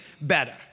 better